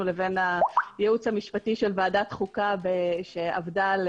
לבין הייעוץ המשפטי של ועדת חוקה שעבדה על